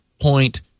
point